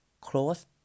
close